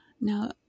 now